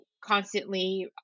constantly